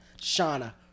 Shauna